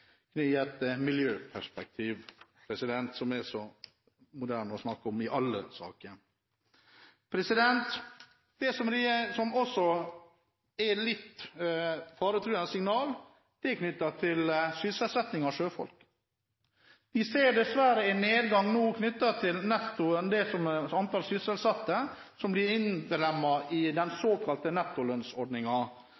et miljøperspektiv, som det er så moderne å snakke om i alle saker. Det som også er et litt faretruende signal, er knyttet til sysselsetting av sjøfolk. Vi ser dessverre en nedgang nå knyttet til netto antall sysselsatte som blir innlemmet i den